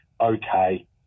okay